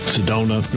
Sedona